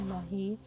Mahi